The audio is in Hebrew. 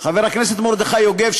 חבר הכנסת מרדכי יוגב,